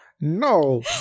No